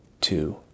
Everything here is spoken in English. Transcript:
two